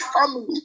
family